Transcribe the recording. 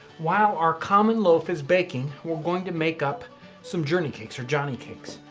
while our common loaf is baking, we're going to make up some journey cakes or johnny cakes.